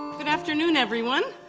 good afternoon, everyone.